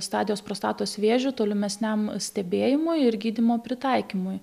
stadijos prostatos vėžiu tolimesniam stebėjimui ir gydymo pritaikymui